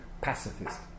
pacifist